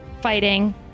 fighting